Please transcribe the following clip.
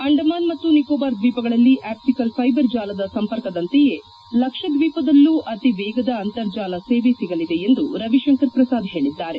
ಅಂಡಮಾನ್ ಮತ್ತು ನಿಕೋಬಾರ್ ದ್ವೀಪಗಳಲ್ಲಿ optical fibre ಜಾಲದ ಸಂಪರ್ಕದಂತೆಯೇ ಲಕ್ಷದ್ವೀಪದಲ್ಲೂ ಅತಿವೇಗದ ಅಂತರ್ಜಾಲ ಸೇವೆ ಸಿಗಲಿದೆ ಎಂದು ರವಿಶಂಕರ್ ಪ್ರಸಾದ್ ಹೇಳಿದ್ದಾರೆ